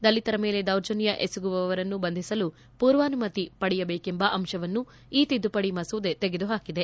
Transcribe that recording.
ದಲಿತರ ಮೇಲೆ ದೌರ್ಜನ್ಯ ಎಸಗುವವರನ್ನು ಬಂಧಿಸಲು ಪೂರ್ವಾನುಮತಿ ಪಡೆಯಬೇಕೆಂಬ ಅಂಶವನ್ನು ಈ ತಿದ್ಲುಪಡಿ ಮಸೂದೆ ತೆಗೆದುಹಾಕಿದೆ